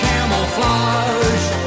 Camouflage